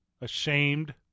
ashamed